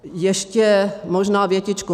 Ještě možná větičku.